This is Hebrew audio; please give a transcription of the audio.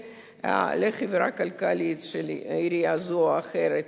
לחברה כלכלית של עירייה זו או אחרת,